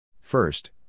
First